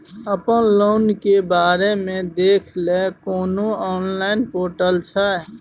अपन लोन के बारे मे देखै लय कोनो ऑनलाइन र्पोटल छै?